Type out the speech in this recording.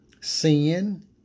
sin